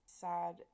sad